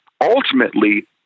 ultimately